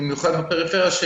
במיוחד בפריפריה,